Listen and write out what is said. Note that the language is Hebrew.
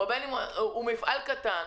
מפעל קטן,